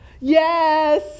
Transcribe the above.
Yes